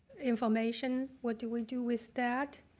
information, what do we do with that?